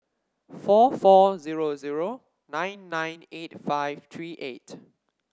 four four zero zero nine nine eight five three eight